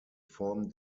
form